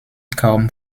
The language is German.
kaum